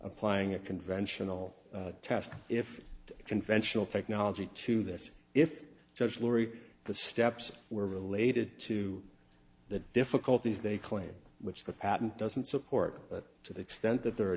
applying a conventional test if conventional technology to this if judge laurie the steps were related to the difficulties they claim which the patent doesn't support but to the extent that the